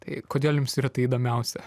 tai kodėl jums yra tai įdomiausia